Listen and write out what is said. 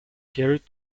carried